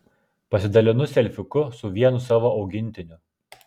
pasidalinu selfiuku su vienu savo augintiniu